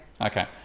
okay